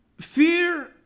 fear